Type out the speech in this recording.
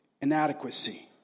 inadequacy